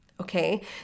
okay